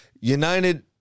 United